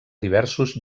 diversos